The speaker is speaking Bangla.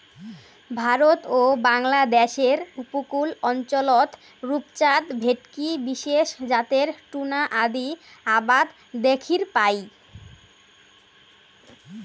ভারত ও বাংলাদ্যাশের উপকূল অঞ্চলত রূপচাঁদ, ভেটকি বিশেষ জাতের টুনা আদি আবাদ দ্যাখির পাই